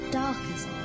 darkest